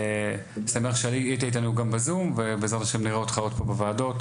אני שמח שהיית איתנו גם בזום ובעזרת ה' נראה אותך עוד פה בוועדות,